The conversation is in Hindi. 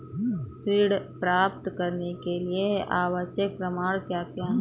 ऋण प्राप्त करने के लिए आवश्यक प्रमाण क्या क्या हैं?